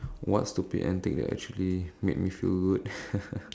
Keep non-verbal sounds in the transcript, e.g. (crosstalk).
what stupid antic that actually made me feel good (laughs)